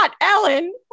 ellen